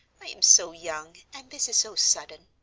i am so young, and this so sudden.